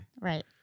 Right